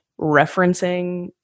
referencing